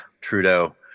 trudeau